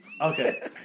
Okay